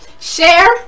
Share